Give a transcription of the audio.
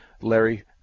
Larry